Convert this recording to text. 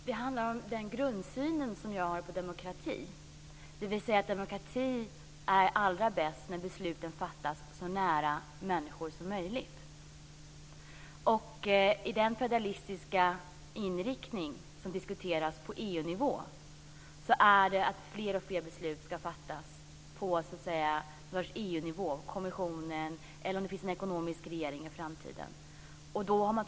Fru talman! Det handlar om min grundsyn på demokrati, dvs. att demokrati är allra bäst när besluten fattas så nära människor som möjligt. I den federalistiska inriktning som diskuteras på EU-nivå ska fler och fler beslut fattas av kommissionen eller av en ekonomisk regering om det finns en sådan i framtiden.